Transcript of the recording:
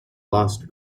lost